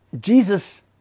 Jesus